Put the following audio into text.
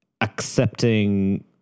accepting